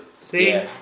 See